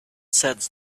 sets